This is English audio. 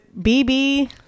BB